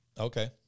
Okay